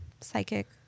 psychic